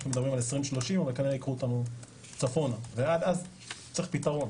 אנחנו מדברים על 2030 אבל כנראה ייקחו אותנו צפונה ועד אז צריך פתרון.